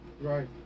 Right